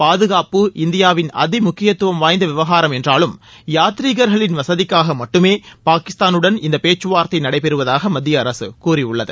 பாதுகாப்பு இந்தியாவின் அதிமுக்கியத்துவம் வாய்ந்த விவகாரம் என்றாலும் யாத்ரீகர்களின் வசதிக்காக மட்டுமே பாகிஸ்தானுடன் இந்த பேச்சுவார்த்தை நடைபெறுவதாக மத்திய அரசு கூறியுள்ளது